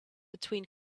between